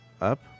Up